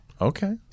Okay